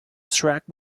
track